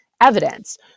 evidence